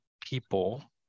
people